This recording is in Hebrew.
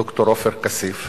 ד"ר עופר כסיף,